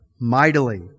mightily